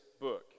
book